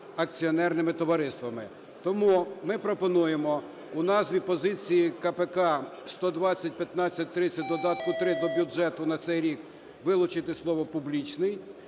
акціонерними товариствами. Тому ми пропонуємо у назві позиції КПК 1201530 в додатку 3 до бюджету на цей рік вилучити слово "публічний"